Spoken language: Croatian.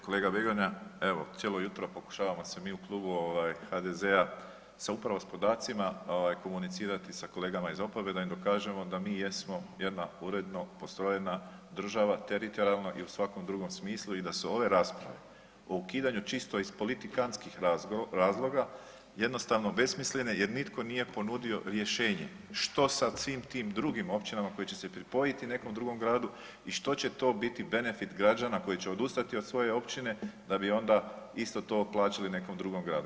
Kolega BEgonja, evo cijelo jutro pokušavamo se mi u klubu HDZ-a upravo s podacima komunicirati sa kolegama iz oporbe da im dokažemo da mi jesmo jedna uredno postrojena država, teritorijalno i svakom drugom smislu i da su ove rasprave o ukidanju čisto iz politikantskih razloga jednostavno besmislene jer nitko nije ponudio rješenje što sa svim tim drugim općinama koji će se pripojiti nekom drugom gradu i što će to biti benefit građana koji će odustati od svoje općine da bi onda isto to plaćali nekom drugom gradu.